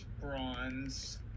bronze